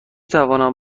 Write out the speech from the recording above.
توانم